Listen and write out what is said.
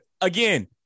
again